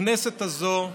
הכנסת הזאת,